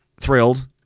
thrilled